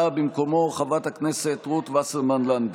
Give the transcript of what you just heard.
באה במקומו חברת הכנסת רות וסרמן לנדה.